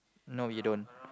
no you don't